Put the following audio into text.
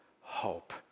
hope